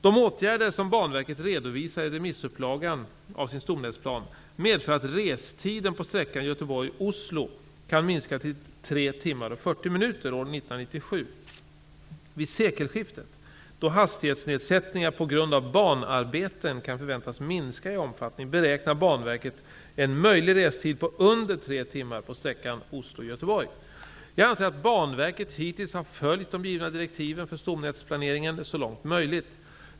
De åtgärder som minuter år 1997. Vid sekelskiftet, då hastighetsnedsättningar på grund av banarbeten kan förväntas minska i omfattning, beräknar Banverket en möjlig restid på under 3 timmar på sträckan Oslo--Göteborg. Jag anser att Banverket hittills har följt de givna direktiven för stomnätsplaneringen så långt som möjligt.